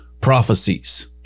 prophecies